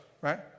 right